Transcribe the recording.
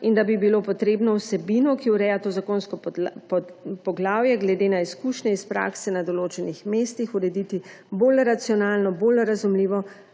in da bi bilo potrebno vsebino, ki ureja to zakonsko poglavje, glede na izkušnje iz prakse na določenih mestih urediti bolj racionalno, bolj razumljivo,